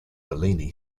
bellini